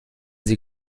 sie